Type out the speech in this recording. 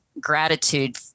gratitude